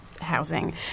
housing